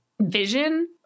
vision